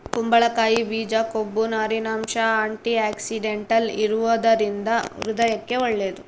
ಕುಂಬಳಕಾಯಿ ಬೀಜ ಕೊಬ್ಬು, ನಾರಿನಂಶ, ಆಂಟಿಆಕ್ಸಿಡೆಂಟಲ್ ಇರುವದರಿಂದ ಹೃದಯಕ್ಕೆ ಒಳ್ಳೇದು